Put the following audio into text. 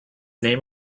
name